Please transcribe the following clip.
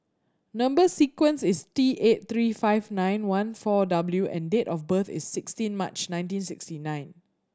number sequence is T eight three five nine one four W and date of birth is sixteen March nineteen sixty nine